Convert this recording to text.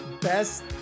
Best